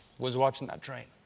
was watching that train.